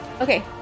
Okay